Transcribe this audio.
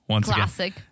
Classic